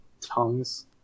Tongues